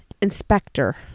inspector